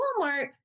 Walmart